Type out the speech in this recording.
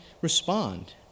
respond